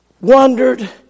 wondered